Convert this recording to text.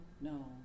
no